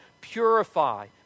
purify